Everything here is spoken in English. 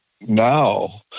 now